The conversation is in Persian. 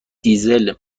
دیزل